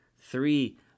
three